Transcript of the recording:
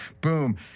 Boom